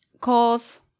cause